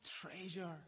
treasure